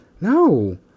no